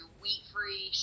wheat-free